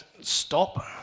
stop